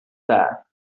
back